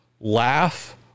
laugh